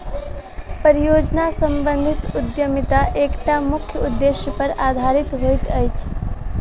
परियोजना सम्बंधित उद्यमिता एकटा मुख्य उदेश्य पर आधारित होइत अछि